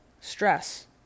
stress